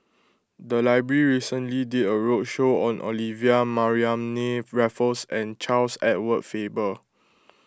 the library recently did a roadshow on Olivia Mariamne Raffles and Charles Edward Faber